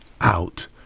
out